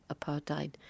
apartheid